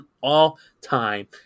all-time